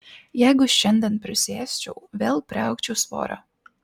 jeigu šiandien prisiėsčiau vėl priaugčiau svorio